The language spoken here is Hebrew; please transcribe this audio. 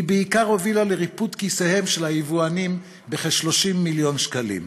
היא בעיקר הובילה לריפוד כיסיהם של היבואנים בכ-30 מיליון שקלים.